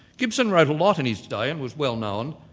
gibson wrote a lot in his day and was well-known,